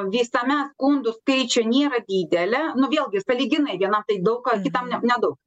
visame skundų skaičiuj nėra didelė nu vėlgi sąlyginai vienam tai daug o kitam ne nedaug